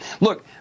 Look